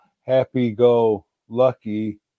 happy-go-lucky